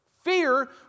Fear